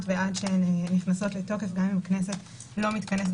ועד שהן נכנסות לתוקף גם את הכנסת לא מתכנסת,